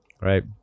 Right